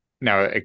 now